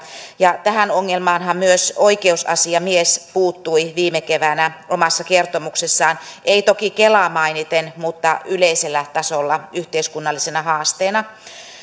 ja tähän ongelmaanhan myös oikeusasiamies puuttui viime keväänä omassa kertomuksessaan ei toki kelaa mainiten mutta yleisellä tasolla yhteiskunnallisena haasteena